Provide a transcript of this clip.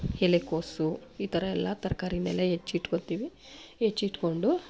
ಎಲೆಕೋಸು ಈ ಥರ ಎಲ್ಲ ತರ್ಕಾರಿಯನ್ನೆಲ್ಲ ಹೆಚ್ಚಿಟ್ಕೊಳ್ತೀನಿ ಹೆಚ್ಚಿಟ್ಕೊಂಡು